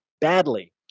badly